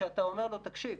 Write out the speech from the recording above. כשאתה אומר לו: תקשיב,